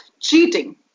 cheating